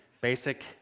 Basic